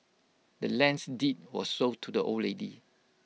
the land's deed was sold to the old lady